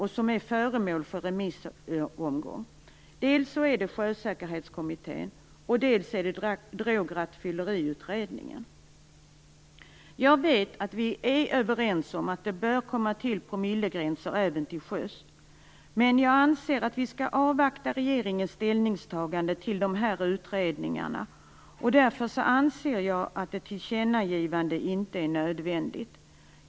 Dessa är nu föremål för remissomgång. Dels gäller det Sjösäkerhetskommittén, dels Drograttfylleriutredningen. Jag vet att vi är överens om att promillegränser bör komma till även till sjöss, men jag anser att vi skall avvakta regeringens ställningstagande till dessa utredningar. Därför anser jag att ett tillkännagivande inte är nödvändigt.